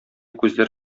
күзләр